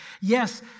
Yes